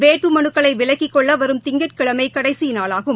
வேட்புமலுக்களை விலக்கிக்கொள்ள வரும் திஙகட்கிழமை கடைசி நாளாகும்